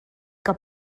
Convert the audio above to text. que